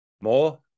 More